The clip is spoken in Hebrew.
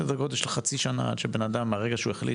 סדר גודל של חצי שנה מרגע שאדם מחליט